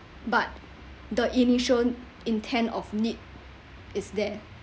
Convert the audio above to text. but the initial intent of need is there